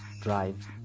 Drive